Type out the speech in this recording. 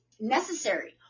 necessary